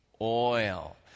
oil